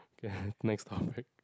ya next topic